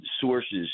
sources